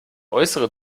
äußere